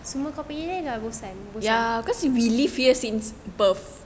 semua kau pilih dah bosan bosan